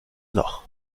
loch